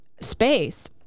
space